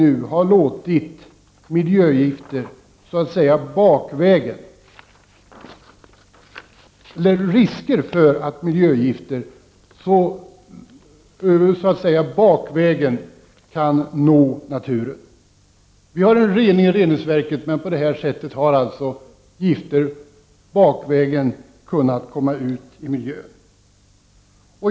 Det är beklagligt att man så länge har låtit miljögifter bakvägen nå naturen. En rening görs i reningsverken, men gifter har på detta sätt bakvägen kommit ut i miljön.